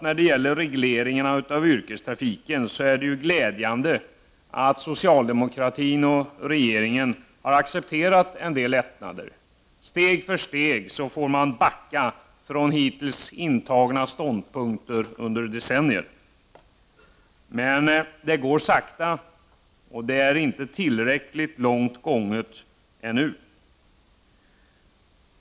När det gäller regleringen av yrkestrafiken är det glädjande att socialde mokratin och regeringen har accepterat en del lättnader. Steg för steg får man backa från hittills under decennier intagna ståndpunkter. Men det går sakta, och ännu har man inte gått tillräckligt långt.